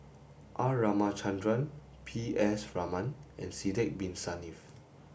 R Ramachandran P S Raman and Sidek Bin Saniff